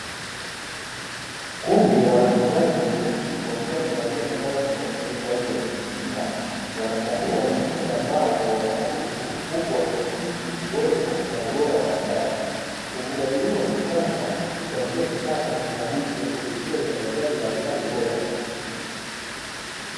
Kundi la watunzaji wa nyuki wakiwa wamevalia mavazi meupe kwa ajili ya kujikinga, wanakagua mizinga ya mbao kwa uangalifu huku wakihakiki uwepo na ubora wa asali. Ufugaji huu wa kisasa huchangia kipato na lishe kupitia uzalishaji wa asali bora.